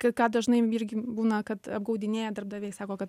kai ką dažnai irgi būna kad apgaudinėja darbdaviai sako kad